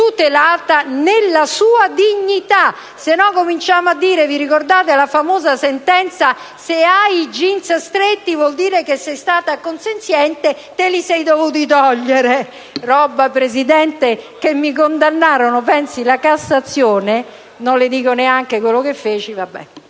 tutelata nella sua dignità, sennò cominciamo a dire, come nella famosa sentenza: «Se hai i*jeans* stretti, vuol dire che sei stata consenziente: te li sei dovuti togliere». Roba, signor Presidente, che mi condannarono. Pensi, la Cassazione... Non le dico neanche quello che feci. Vabbè.